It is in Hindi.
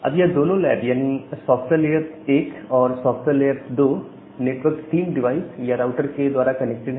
अब यह दोनों लैब यानी सॉफ्टवेयर लैब 1 और सॉफ्टवेयर लैब 2 लेयर 3 डिवाइस या राउटर के द्वारा कनेक्टेड है